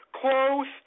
close